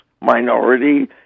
minority